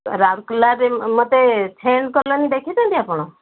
ରାଉଲକେଲାର ମୋତେ friend colony ଦେଖିଛନ୍ତି ଆପଣ